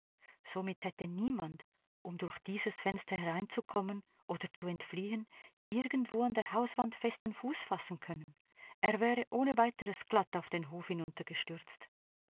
somit hätte niemand um durch dieses fenster hereinzukommen oder zu entfliehen irgendwo an der hauswand festen fuß fassen können er wäre ohne weiteres glatt auf den hof